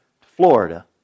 Florida